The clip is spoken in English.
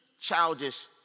childish